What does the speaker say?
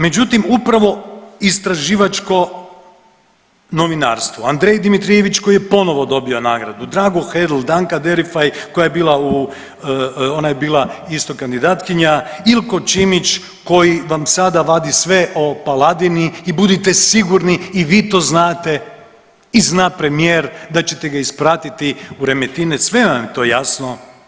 Međutim, upravo istraživačko novinarstvo, Andrej Dimitrijević koji je ponovo dobio nagradu, Drago Hedl, Danka Derifaj koja je bila u, ona je bila isto kandidatkinja, isto kandidatkinja ili kod Šimić koji vam sada vadi sve o Paladini i budite sigurni i vi to znate i zna premijer da ćete ga ispratiti u Remetinec, sve vam je to jasno.